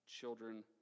children